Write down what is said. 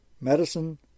medicine